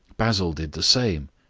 basil did the same.